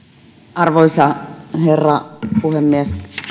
arvoisa herra puhemies